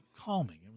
Calming